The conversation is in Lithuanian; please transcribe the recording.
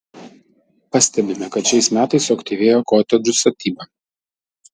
pastebime kad šiais metais suaktyvėjo kotedžų statyba